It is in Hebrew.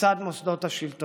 מצד מוסדות השלטון.